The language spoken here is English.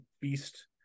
beast